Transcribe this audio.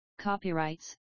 copyrights